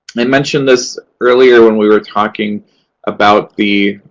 i mentioned this earlier when we were talking about the